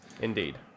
Indeed